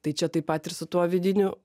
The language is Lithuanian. tai čia taip pat ir su tuo vidiniu